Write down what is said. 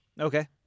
Okay